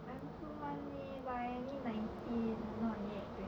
I also want leh but I only nineteen I not yet twenty